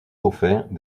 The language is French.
dauphins